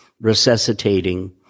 resuscitating